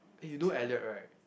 eh you know Elliot right